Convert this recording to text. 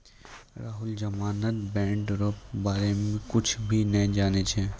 राहुल जमानत बॉन्ड रो बारे मे कुच्छ भी नै जानै छै